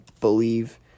believe